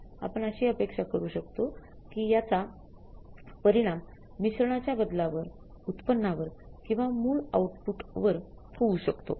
आपण अशी अपेक्षा करू शकतो कि याचा परिणाम मिश्रणाच्या बदलावर उत्पन्नावर किंवा मूळ आउटपुटवर होऊ शकतो